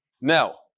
Now